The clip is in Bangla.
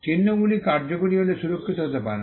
চিহ্নগুলি কার্যকরী হলে সুরক্ষিত হতে পারে না